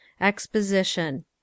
Exposition